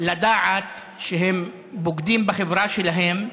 לדעת שהם בוגדים בחברה שלהם,